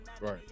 Right